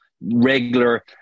regular